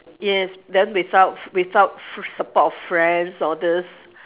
yes then without without support of friends all these